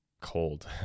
cold